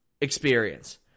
experience